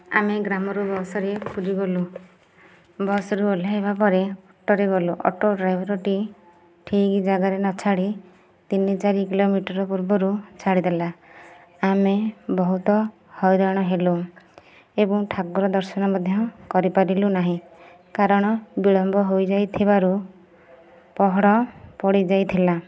ଆମେ ଗ୍ରାମରୁ ବସ୍ରେ ପୁରୀ ଗଲୁ ବସ୍ରୁ ଓହ୍ଲାଇବା ପରେ ଅଟୋରେ ଗଲୁ ଅଟୋ ଡ୍ରାଇଭର୍ଟି ଠିକ୍ ଜାଗାରେ ନ ଛାଡ଼ି ତିନି ଚାରି କିଲୋମିଟର୍ ପୂର୍ବରୁ ଛାଡ଼ିଦେଲା ଆମେ ବହୁତ ହଇରାଣ ହେଲୁ ଏବଂ ଠାକୁର ଦର୍ଶନ ମଧ୍ୟ କରିପାରିଲୁ ନାହିଁ କାରଣ ବିଳମ୍ବ ହୋଇଯାଇଥିବାରୁ ପହଡ଼ ପଡ଼ିଯାଇଥିଲା